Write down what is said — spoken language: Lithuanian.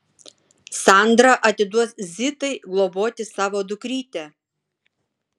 sandra atiduos zitai globoti savo dukrytę